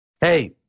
hey